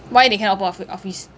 why they cannot open of~ office